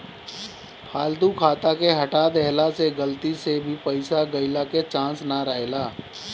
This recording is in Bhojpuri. फालतू खाता के हटा देहला से गलती से भी पईसा गईला के चांस ना रहेला